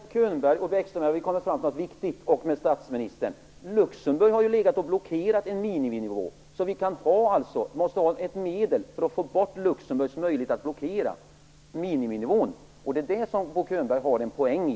Fru talman! Med hjälp av Bo Könberg, Lars Bäckström och statsministern har vi kommit fram till någonting viktigt. Luxemburg har ju blockerat en möjlig miniminivå. Vi måste finna ett medel för att få bort Luxemburgs möjligheter att blockera miniminivån. Det är detta som Bo Könberg har en poäng i.